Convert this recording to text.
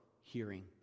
hearing